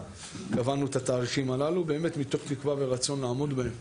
קבענו את התאריכים הללו מתוך תקווה ורצון לעמוד בהם.